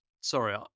sorry